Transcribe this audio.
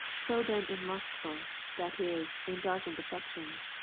so then in lustful, that is, in darkened affections,